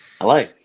hello